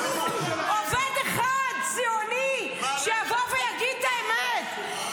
אמרו גם שהחיילים אנסו --- עובד אחד ציוני שיבוא ויגיד את האמת.